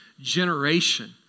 generation